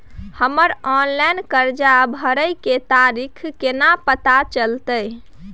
हमर ऑनलाइन कर्जा भरै के तारीख केना पता चलते?